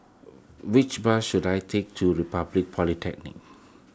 which bus should I take to Republic Polytechnic